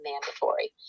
mandatory